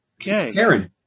Karen